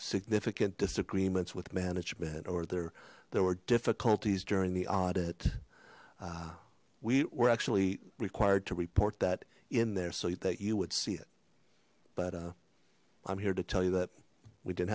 significant disagreements with management or there there were difficulties during the audit we were actually required to report that in there so you thought you would see it but uh i'm here to tell you that we didn't